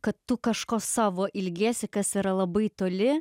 kad tu kažko savo ilgiesi kas yra labai toli